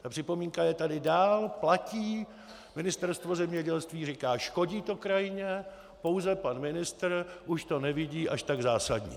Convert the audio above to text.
Ta připomínka je tady dál, platí, Ministerstvo zemědělství říká: škodí to krajině, pouze pan ministr už to nevidí až tak zásadní.